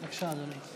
בבקשה, אדוני.